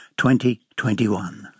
2021